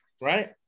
right